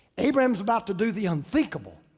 abraham's about to do the unthinkable,